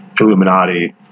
Illuminati